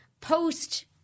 post